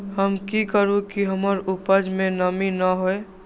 हम की करू की हमर उपज में नमी न होए?